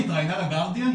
דנה גולן התראיינה לגרדיאן?